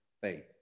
faith